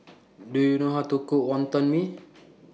Do YOU know How to Cook Wonton Mee